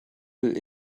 will